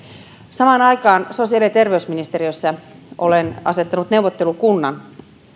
samaan aikaan sosiaali ja terveysministeriössä olen asettanut neuvottelukunnan